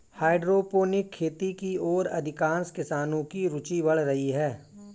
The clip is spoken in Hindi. हाइड्रोपोनिक खेती की ओर अधिकांश किसानों की रूचि बढ़ रही है